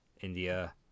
India